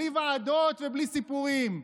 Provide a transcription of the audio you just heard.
בלי ועדות ובלי סיפורים.